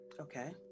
Okay